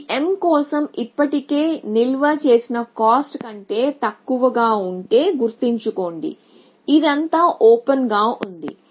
ఇది m కోసం ఇప్పటికే నిల్వ చేసిన కాస్ట్ కంటే తక్కువగా ఉంటే గుర్తుంచుకోండి ఇదంతా ఓపెన్ గా ఉంది